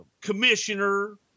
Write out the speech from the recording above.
Commissioner